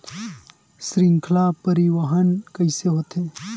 श्रृंखला परिवाहन कइसे होथे?